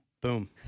Boom